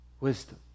Wisdom